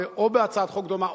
או בהצעת חוק דומה,